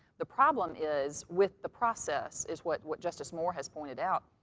the problem is with the process is what what justice moore has pointed out.